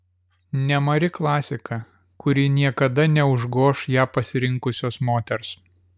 nemari klasika kuri niekada neužgoš ją pasirinkusios moters